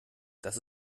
das